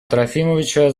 трофимовича